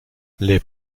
les